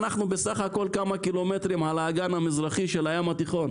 אנחנו בסך הכול כמה קילומטרים על האגן המזרחי של הים התיכון.